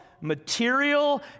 material